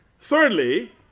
Thirdly